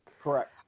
Correct